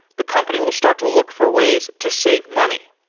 the company will start to look for ways to save money.